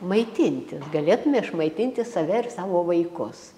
maitintis galėtume išmaitinti save ir savo vaikus